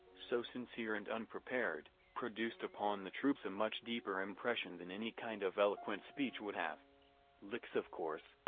so sincere and unprepared, produced upon the troops a much deeper impression than any kind of eloquent speech would have lix of course,